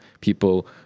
People